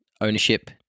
ownership